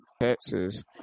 Texas